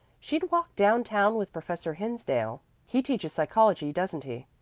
she'd walked down-town with professor hinsdale. he teaches psychology, doesn't he?